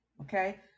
okay